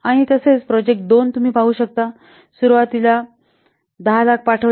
आणि तसेच प्रोजेक्ट 2 तुम्ही पाहू शकता सुरुवातीला १०००००० पाठवले